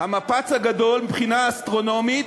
מבחינה אסטרונומית,